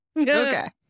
Okay